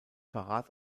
verrat